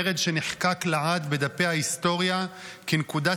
מרד שנחקק לעד בדפי ההיסטוריה כנקודת